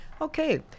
Okay